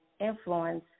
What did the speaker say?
influence